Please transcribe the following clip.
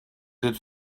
did